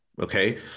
okay